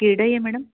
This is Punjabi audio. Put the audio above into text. ਕਿਹੜਾ ਹੈ ਮੈਡਮ